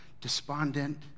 despondent